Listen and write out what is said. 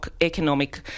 economic